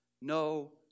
no